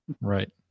Right